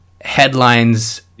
headlines